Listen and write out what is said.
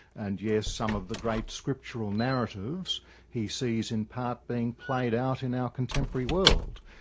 and yes, some of the great scriptural narratives he sees in part being played out in our contemporary world.